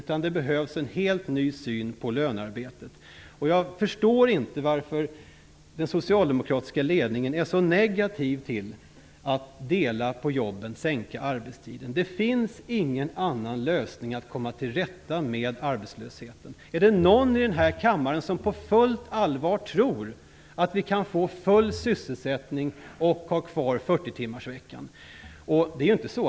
I stället behövs en helt ny syn på lönearbetet. Jag förstår inte varför den socialdemokratiska ledningen är så negativ till tanken att dela på jobben och sänka arbetstiden. Det finns ingen annan lösning för att komma till rätta med arbetslösheten. Är det någon i denna kammare som på fullt allvar tror att vi kan få full sysselsättning och ha kvar 40-timmarsveckan?